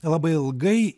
labai ilgai